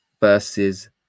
versus